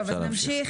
טוב, אז נמשיך.